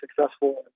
successful